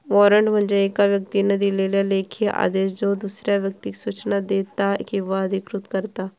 warrant म्हणजे येका व्यक्तीन दिलेलो लेखी आदेश ज्यो दुसऱ्या व्यक्तीक सूचना देता किंवा अधिकृत करता